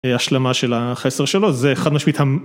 השלמה של החסר שלו זה חד משמעית המ-